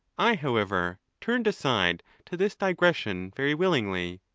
i, however, turned aside to this digression very willingly.